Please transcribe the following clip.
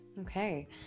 Okay